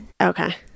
okay